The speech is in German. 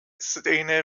szene